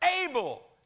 able